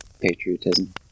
patriotism